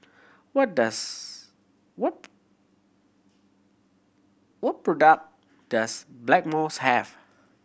what does what what product does Blackmores have